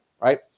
right